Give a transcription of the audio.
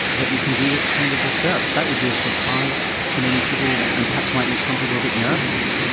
that you can do this kind of research. that would be a surprise to many people and perhaps might make some people a bit nervous.